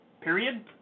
period